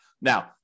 Now